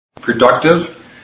productive